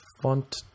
Font